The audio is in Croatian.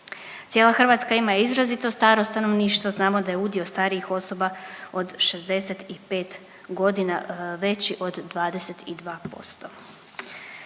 Cijela Hrvatska ima izrazito staro stanovništvo. Znamo da je udio starijih osoba od 65 godina veći od 22%.